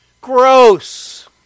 Gross